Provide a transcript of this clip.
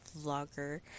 vlogger